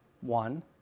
one